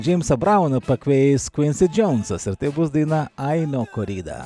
džeimsą brauną pakveis kvinsi džounsas ir tai bus daina ai nou korida